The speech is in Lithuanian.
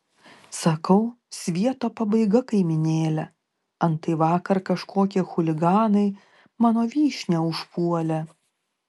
sakau svieto pabaiga kaimynėle antai vakar kažkokie chuliganai mano vyšnią užpuolė